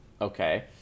okay